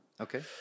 okay